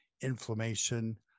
inflammation